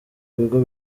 bigo